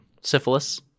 syphilis